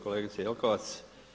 Kolegice Jelkovac.